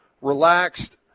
relaxed